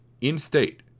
in-state